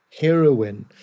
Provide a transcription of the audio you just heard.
heroine